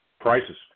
Prices